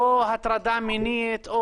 או הטרדה מינית?